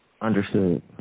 Understood